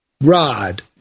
rod